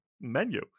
menu